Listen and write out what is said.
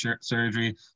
surgery